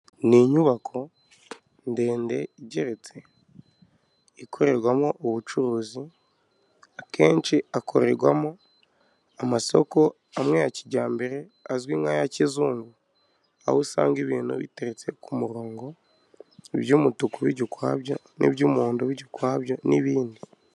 Ni inyubako ndende igeretse, ikorerwamo ubucuruzi, akenshi hakorerwamo amasoko amwe ya kijyambere azwi nk'aya kizungu, aho usanga ibintu biteretse ku murongo, iby'umutuku bijya ukwabyo n'iby'umuhondo bijya ukwabyo n'ibindi.